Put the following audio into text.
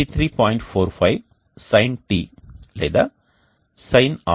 45 Sin లేదా Sin 2Π365